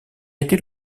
été